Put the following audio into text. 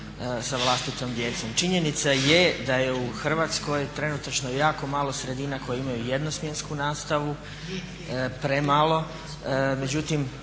Hrvatskoj trenutačno jako malo sredina koje imaju jednosmjensku nastavu, premalo,